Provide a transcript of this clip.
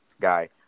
guy